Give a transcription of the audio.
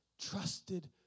trusted